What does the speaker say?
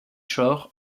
shore